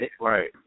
right